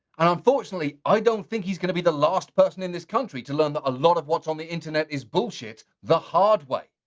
and unfortunately, i don't think he's gonna be the last person in this country to learn that a lot of what's on the internet is bullshit, the hard way.